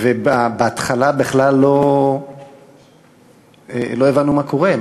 ובהתחלה בכלל לא הבנו מה קורה,